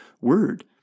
word